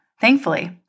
thankfully